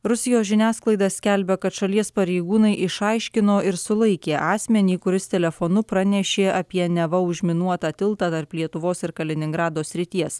rusijos žiniasklaida skelbia kad šalies pareigūnai išaiškino ir sulaikė asmenį kuris telefonu pranešė apie neva užminuotą tiltą tarp lietuvos ir kaliningrado srities